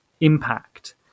impact